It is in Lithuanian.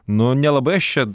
nu nelabai aš čia